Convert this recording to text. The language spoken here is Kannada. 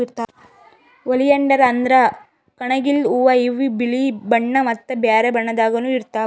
ಓಲಿಯಾಂಡರ್ ಅಂದ್ರ ಕಣಗಿಲ್ ಹೂವಾ ಇವ್ ಬಿಳಿ ಬಣ್ಣಾ ಮತ್ತ್ ಬ್ಯಾರೆ ಬಣ್ಣದಾಗನೂ ಇರ್ತವ್